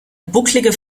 bucklige